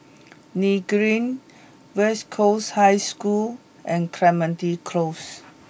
Nim Green West Coast High School and Clementi Close